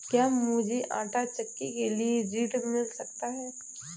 क्या मूझे आंटा चक्की के लिए ऋण मिल सकता है?